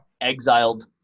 exiled